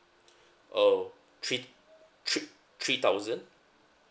uh three three three thousand